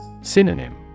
Synonym